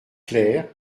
clair